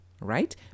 right